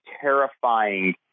terrifying